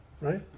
right